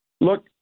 Look